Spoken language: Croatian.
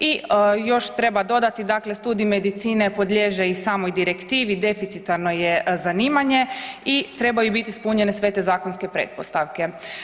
I još treba dodati dakle studij medicine podliježe i samoj direktivi, deficitarno je zanimanje i trebaju biti ispunjene sve te zakonske pretpostavke.